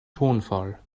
tonfall